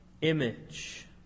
image